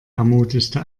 ermutigte